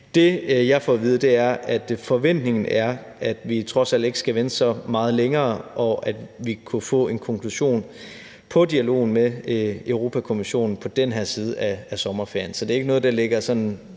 Det, jeg får at vide, er, at forventningen er, at vi trods alt ikke skal vente så meget længere, og at vi kan få en konklusion på dialogen med Europa-Kommissionen på den her side af sommerferien. Så det er ikke noget, der ligger sådan